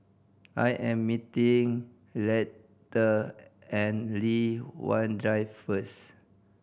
I am meeting Leatha and Li Hwan Drive first